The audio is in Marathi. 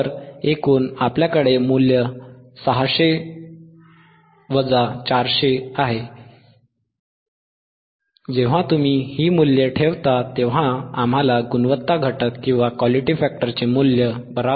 तर एकूण आपल्याकडे मूल्य 600 400आहे जेव्हा तुम्ही ही मूल्ये ठेवता तेव्हा आम्हाला गुणवत्ता घटक Q चे मूल्य 3